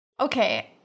Okay